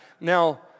Now